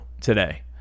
today